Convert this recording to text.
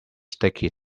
sticky